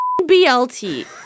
BLT